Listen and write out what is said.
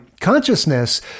consciousness